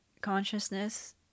consciousness